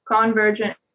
convergent